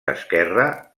esquerre